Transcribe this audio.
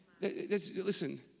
Listen